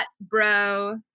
bro